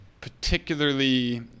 particularly